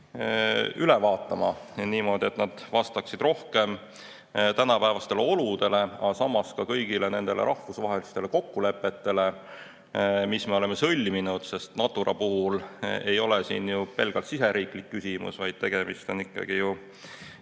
ja tegema, niimoodi, et nad vastaksid rohkem tänapäevastele oludele, aga samas ka kõigile nendele rahvusvahelistele kokkulepetele, mis me oleme sõlminud, sest Natura puhul ei ole see ju pelgalt riigisisene küsimus, vaid tegemist on ikkagi